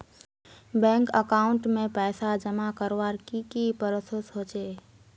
Bank account में पैसा जमा करवार की की प्रोसेस होचे?